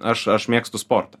aš aš mėgstu sportą